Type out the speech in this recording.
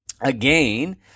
again